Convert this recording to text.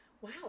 Wow